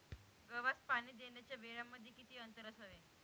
गव्हास पाणी देण्याच्या वेळांमध्ये किती अंतर असावे?